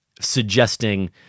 suggesting